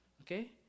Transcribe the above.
Okay